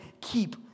keep